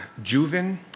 Juven